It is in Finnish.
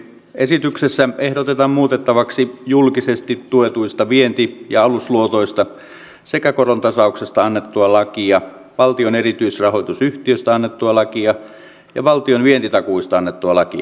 esityksessä ehdotetaan muutettavaksi julkisesti tuetuista vienti ja alusluotoista sekä korontasauksesta annettua lakia valtion erityisrahoitusyhtiöistä annettua lakia ja valtion vientitakuista annettua lakia